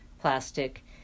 plastic